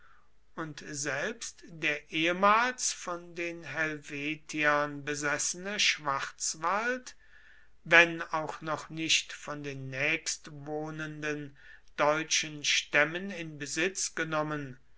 und selbst der ehemals von den helvetiern besessene schwarzwald wenn auch noch nicht von den nächstwohnenden deutschen stämmen in besitz genommen